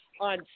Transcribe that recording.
on